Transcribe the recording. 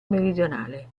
meridionale